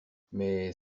mais